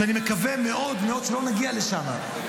שאני מקווה מאוד מאוד שלא נגיע לשם,